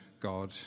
God